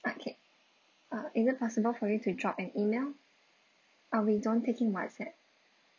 okay uh is it possible for you to drop an email uh we don't take in WhatsApp